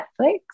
Netflix